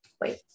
wait